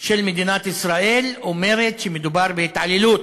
של מדינת ישראל אומרת שמדובר בהתעללות,